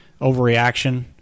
overreaction